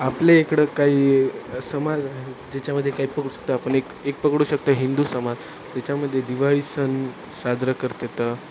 आपले इकडं काही समाज आहे ज्याच्यामध्ये काही पकडू शकतं आपण एक एक पकडू शकतो हिंदू समाज त्याच्यामध्ये दिवाळी सण साजरं करतात